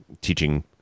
teaching